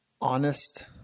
honest